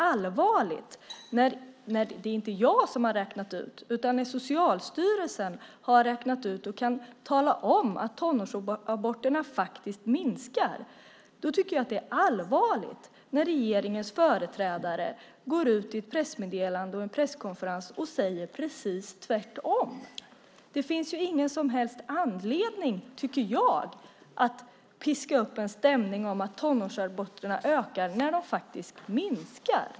Socialstyrelsen - inte jag - har räknat ut och kan tala om att tonårsaborterna minskar. Då tycker jag att det är allvarligt när regeringens företrädare i ett pressmeddelande och en presskonferens säger precis tvärtom. Jag tycker inte att det finns någon som helst anledning att piska upp en stämning om att tonårsaborterna ökar när de faktiskt minskar.